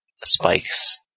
spikes